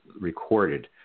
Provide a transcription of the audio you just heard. recorded